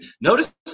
Notice